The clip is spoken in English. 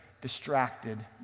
distracted